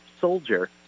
soldier